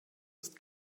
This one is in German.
ist